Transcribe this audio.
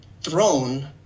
throne